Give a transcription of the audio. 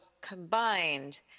combined